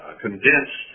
condensed